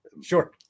Sure